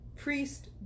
priest